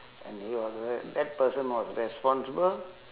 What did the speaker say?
and it was th~ that person was responsible